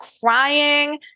crying